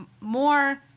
more